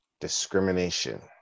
discrimination